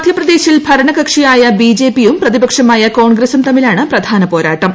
മധ്യപ്രദേശിൽ ഭരണകക്ഷിയായ B J പിയും പ്രതിപക്ഷമായ കോൺഗ്രസും തമ്മിലാണ് പ്രധാന പോരാട്ടം